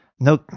No